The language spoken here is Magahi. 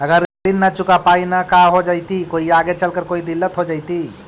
अगर ऋण न चुका पाई न का हो जयती, कोई आगे चलकर कोई दिलत हो जयती?